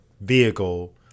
vehicle